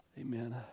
Amen